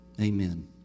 Amen